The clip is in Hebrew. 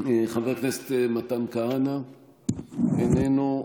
חבר הכנסת מתן כהנא, איננו.